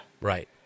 Right